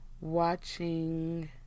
watching